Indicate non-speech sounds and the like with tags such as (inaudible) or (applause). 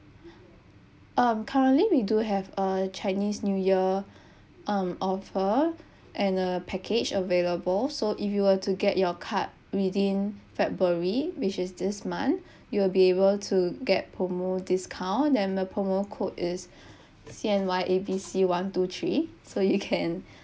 (breath) um currently we do have a chinese new year (breath) um offer (breath) and a package available so if you will to get your card within february which is this month (breath) you will be able to get promo discount then a promo code is (breath) C_N_Y A B C one two three so you can (breath)